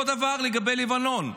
אותו דבר לגבי לבנון.